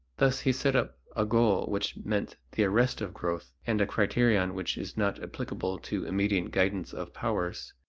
thus he set up a goal which meant the arrest of growth, and a criterion which is not applicable to immediate guidance of powers,